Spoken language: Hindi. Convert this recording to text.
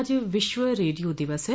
आज विश्व रेडियो दिवस है